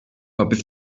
hapis